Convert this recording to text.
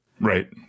Right